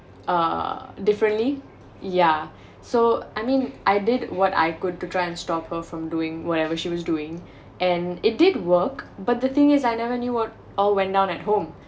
uh differently yeah so I mean I did what I could to try and stop her from doing whatever she was doing and it did work but the thing is I never knew what all went down at home